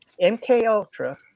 MKUltra